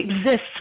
exists